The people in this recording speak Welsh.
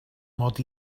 mod